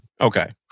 Okay